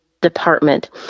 department